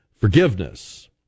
forgiveness